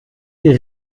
die